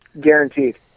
Guaranteed